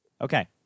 Okay